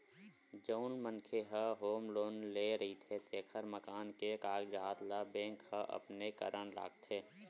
जउन मनखे ह होम लोन ले रहिथे तेखर मकान के कागजात ल बेंक ह अपने करन राखथे